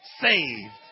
saved